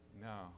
No